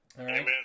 Amen